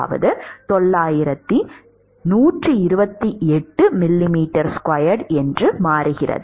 இது 9128 mm2 ஆக மாறும்